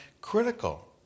critical